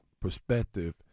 perspective